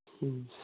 ꯎꯝ